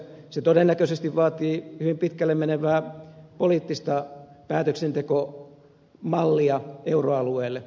se todennäköisesti vaatii hyvin pitkälle menevää poliittista päätöksentekomallia euroalueelle